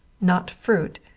not fruit.